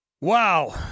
Wow